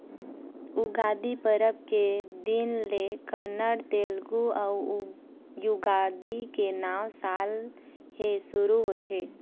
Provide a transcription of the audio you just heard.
उगादी परब के दिन ले कन्नड़, तेलगु अउ युगादी के नवा साल ह सुरू होथे